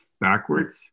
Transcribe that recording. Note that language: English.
backwards